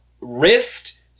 wrist